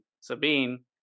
Sabine